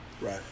Right